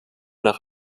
nach